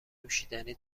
نوشیدنی